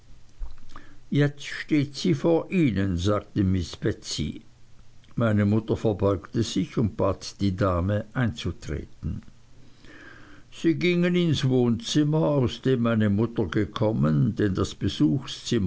jetzt steht sie vor ihnen sagte miß betsey meine mutter verbeugte sich und bat die dame einzutreten sie gingen in das wohnzimmer aus dem meine mutter gekommen denn das